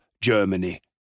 Germany